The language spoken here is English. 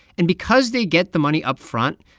and because they get the money upfront,